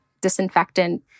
disinfectant